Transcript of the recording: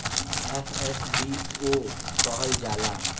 FSBO कहल जाला